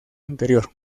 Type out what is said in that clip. anterior